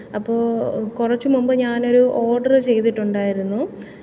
അപ്പോൾ കുച്ചുമുമ്പ് ഞാനൊരു ഓഡറ് ചെയ്തിട്ടുണ്ടായിരുന്നു